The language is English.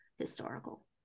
historical